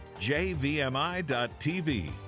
jvmi.tv